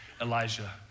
Elijah